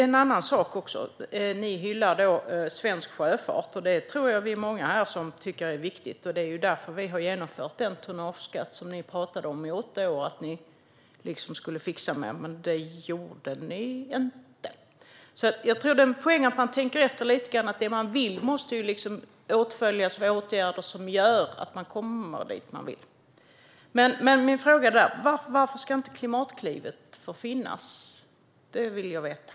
En annan sak är att ni hyllar svensk sjöfart. Jag tror att vi är många som tycker att det är viktigt. Det är därför vi har genomfört den tonnageskatt som ni i åtta år pratade om att ni skulle fixa. Men det gjorde ni inte. Det finns en poäng i att tänka efter lite. Det man vill göra måste åtföljas av åtgärder så att man kommer dit man vill. Jag vill veta varför Klimatklivet inte ska finnas.